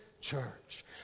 church